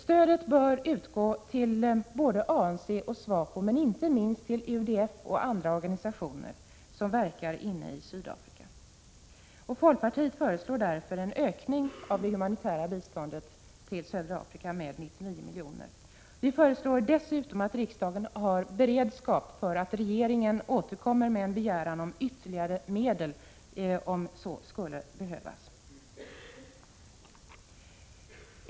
Stödet bör utgå till både ANC och SWAPO men inte minst till UDF och andra organisationer som verkar inne i Sydafrika. Folkpartiet föreslår därför en ökning av det humanitära biståndet till södra Afrika med 99 milj.kr. Vi föreslår dessutom att riksdagen har beredskap för att regeringen återkommer med en begäran om ytterligare medel om så skulle behövas.